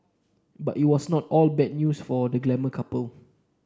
but it was not all bad news for the glamour couple